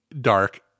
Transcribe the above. dark